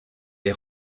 les